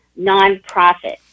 nonprofit